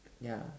ya